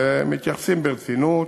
ומתייחסים ברצינות